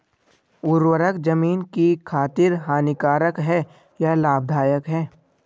उर्वरक ज़मीन की खातिर हानिकारक है या लाभदायक है?